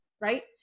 Right